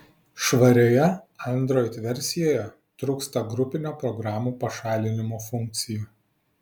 švarioje android versijoje trūksta grupinio programų pašalinimo funkcijų